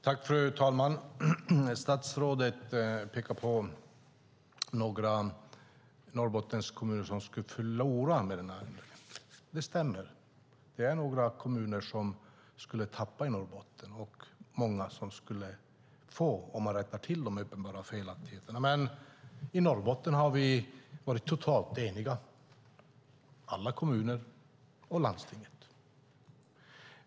Fru talman! Statsrådet pekar på några Norrbottenskommuner som skulle förlora med den här ändringen. Det stämmer. Det är några kommuner som skulle tappa i Norrbotten och många som skulle få något, om man rättar till de uppenbara felaktigheterna. Men i Norrbotten har vi varit totalt eniga, alla kommuner och landstinget.